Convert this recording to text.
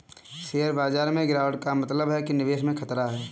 share बाजार में गिराबट का मतलब है कि निवेश में खतरा है